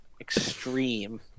Extreme